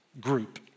group